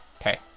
Okay